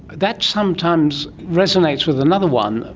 that sometimes resonates with another one,